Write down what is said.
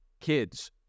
kids